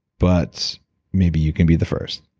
but maybe you can be the first